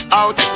out